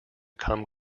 come